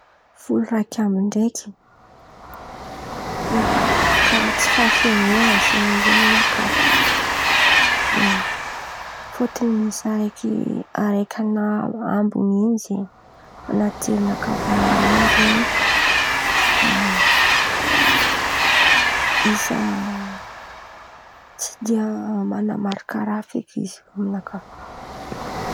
Folo raiky amby ndraiky, karàha tsy fahafenoan̈a zen̈y izy amy nakà ia, fôtiny misy isa raiky ambin̈y in̈y zen̈y, anaty jerinakà vônaloan̈y zen̈y isa tsy de man̈amarika raha feky izy io amy nakà.